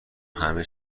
همه